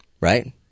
right